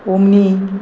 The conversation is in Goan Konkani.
ऑमनी